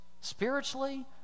Spiritually